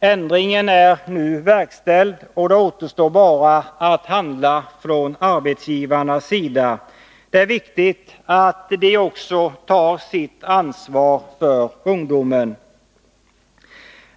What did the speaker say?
Ändringen är nu verkställd, och det återstår bara att handla från arbetsgivarnas sida. Det är viktigt att också de tar sitt ansvar för ungdomen.